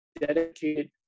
dedicated